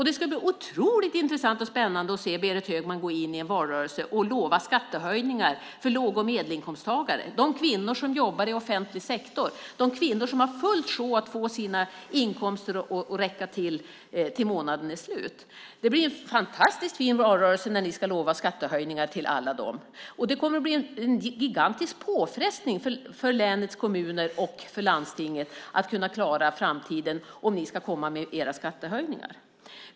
Det ska bli otroligt intressant och spännande att se Berit Högman gå in i en valrörelse och lova skattehöjningar för låg och medelinkomsttagare, för de kvinnor som jobbar i offentlig sektor, för de kvinnor som har fullt sjå att få sina inkomster att räcka tills månaden är slut. Det blir en fantastiskt fin valrörelse när ni ska lova skattehöjningar till alla dem. Det kommer att bli en gigantisk påfrestning för länets kommuner och landsting att klara framtiden om ni kommer med era skattehöjningar.